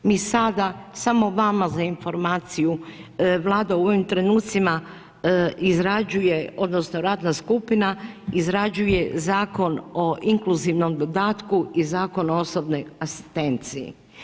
Mi sada samo vama za informaciju, Vlada u ovim trenucima izrađuje, odnosno radna skupina izrađuje Zakon o inkluzivnom dodatku i Zakon o osobnoj asistenciji.